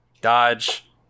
dodge